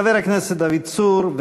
חבר הכנסת דוד צור,